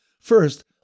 First